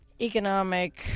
economic